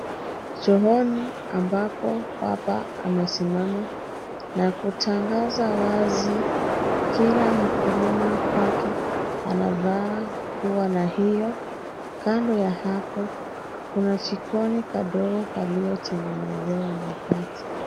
Chooni, ambapo baba amesimama, na kutangaza wazi kila mkulima kwake anafaa, kuwa na hilo, kando na hao kuna jikoni kadogo kalio tengenezewa mapati.